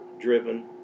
driven